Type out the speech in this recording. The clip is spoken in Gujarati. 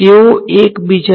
વિદ્યાર્થી એકબીજા પ્રમાણે